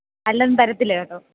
അല്ലാണ്ട് തരത്തില്ല കേട്ടോ